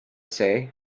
say